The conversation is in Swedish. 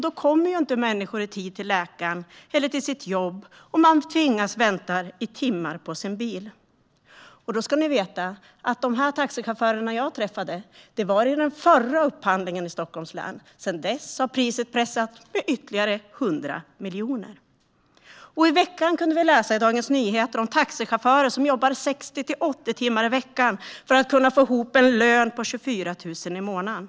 Då kommer inte människor i tid till läkaren eller jobbet, för de tvingas vänta i timmar på sin bil. Ni ska veta att jag träffade de här taxichaufförerna vid den förra upphandlingen i Stockholms län. Sedan dess har priset pressats med ytterligare 100 miljoner. I veckan kunde vi läsa i Dagens Nyheter om taxichaufförer som jobbar 60-80 timmar i veckan för att kunna få ihop en lön på 24 000 kronor i månaden.